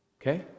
Okay